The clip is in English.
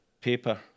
paper